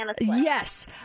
Yes